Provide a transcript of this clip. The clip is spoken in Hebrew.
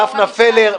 דפנה פלר,